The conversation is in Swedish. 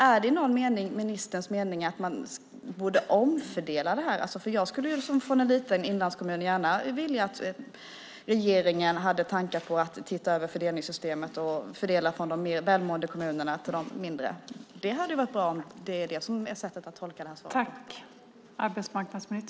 Är det i någon mening ministerns mening att man borde omfördela det här? Jag som är från en liten inlandskommun skulle gärna vilja att regeringen hade tankar på att titta över fördelningssystemet och fördela från de mer välmående kommunerna till de mindre. Det hade varit bra om det är det som är sättet att tolka det här svaret.